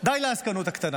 די לעסקנות הקטנה,